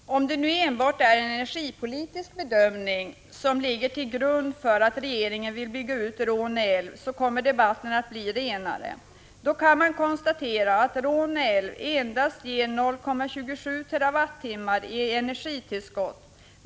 Fru talman! Om det nu enbart är en energipolitisk bedömning som ligger till grund för att regeringen vill bygga ut Råne älv kommer debatten att bli renare. Då kan man konstatera att Råne älv ger endast 0,27 TWh i energitillskott.